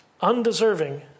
Undeserving